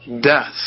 death